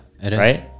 right